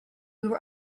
were